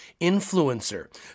influencer